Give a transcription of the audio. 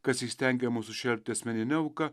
kas įstengia mus sušelpti asmenine auka